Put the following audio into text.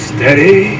Steady